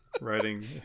writing